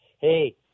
Hey